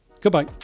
Goodbye